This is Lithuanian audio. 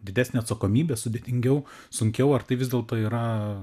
didesnė atsakomybė sudėtingiau sunkiau ar tai vis dėlto yra